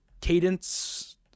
cadence